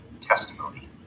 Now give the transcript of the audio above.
testimony